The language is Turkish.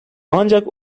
ancak